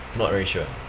not really sure